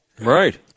Right